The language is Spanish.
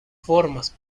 formas